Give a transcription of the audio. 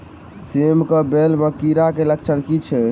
सेम कऽ बेल म कीड़ा केँ लक्षण की छै?